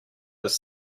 his